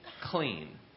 clean